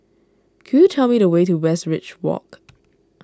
could you tell me the way to Westridge Walk